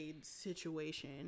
situation